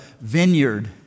vineyard